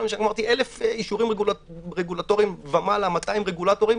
1,000 אישורים רגולטוריים ומעלה, 200 רגולטורים.